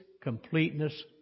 completeness